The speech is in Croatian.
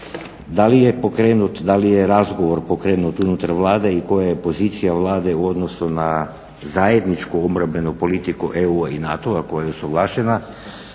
Da li je pokrenut, da li je razgovor pokrenut unutar Vlade i koja je pozicija Vlade u odnosu na zajedničku obrambenu politiku EU i NATO-a koja je usuglašena,